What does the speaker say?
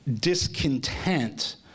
discontent